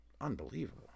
unbelievable